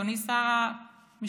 אדוני שר המשפטים,